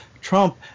Trump